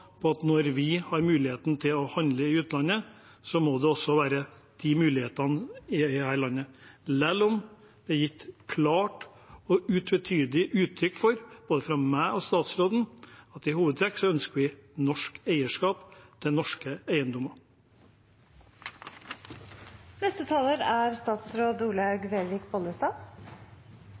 på at når vi har muligheten til å handle i utlandet, må det være rom for det i dette landet – selv om det er gitt klart og utvetydig uttrykk for, både fra meg og statsråden, at vi i hovedtrekk ønsker norsk eierskap til norske